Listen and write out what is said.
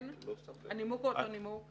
כן, הנימוק הוא אותו נימוק.